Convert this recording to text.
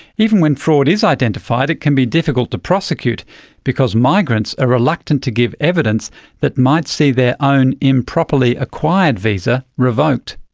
even when fraud is identified, it can be difficult to prosecute because migrants are reluctant to give evidence that might see their own improperly-acquired visa revoked.